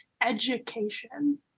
education